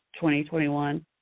2021